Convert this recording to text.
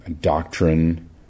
doctrine